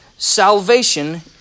salvation